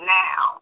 now